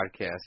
Podcast